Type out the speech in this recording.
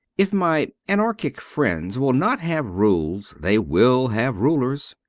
if my anarchic friends will not have rules, they will have rulers.